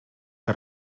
que